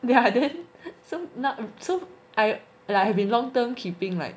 ya then so not so I like have been long term keeping like